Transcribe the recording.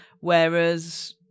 Whereas